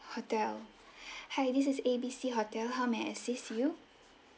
hotel hi this is A B C hotel how may I assist you